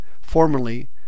formerly